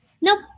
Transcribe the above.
Nope